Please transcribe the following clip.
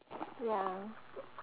ya